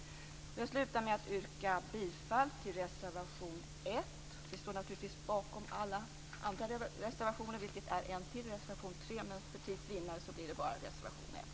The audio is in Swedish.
Jag avslutar med att yrka bifall till reservation 1. Vi står naturligtvis bakom även reservation 3, men för tids vinnande yrkar jag bifall endast till reservation 1.